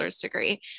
degree